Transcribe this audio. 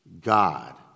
God